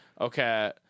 okay